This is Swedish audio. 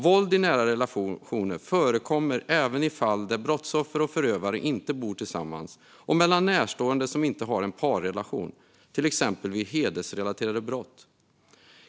Våld i nära relationer förekommer även i fall där brottsoffer och förövare inte bor tillsammans och mellan närstående som inte har en parrelation, till exempel vid hedersrelaterade brott.